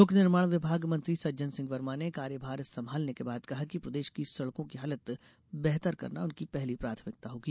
लोक निर्माण विभाग मंत्री सज्जन सिंह वर्मा ने कार्यभार संभालने के बाद कहा कि प्रदेश की सड़कों की हालत बेहतर करना उनकी पहली प्राथमिकता होगी